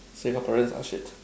Singaporeans are shit